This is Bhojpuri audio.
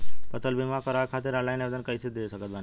फसल बीमा करवाए खातिर ऑनलाइन आवेदन कइसे दे सकत बानी?